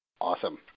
Awesome